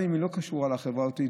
גם אם היא לא קשורה לחברה זאת.